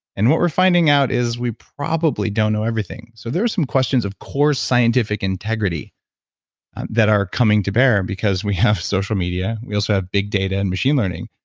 and what we're finding out is we probably don't know everything. so there's some questions of core scientific integrity that are coming to bear and because we have social media we also have big data and machine learning.